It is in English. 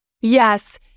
yes